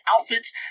outfits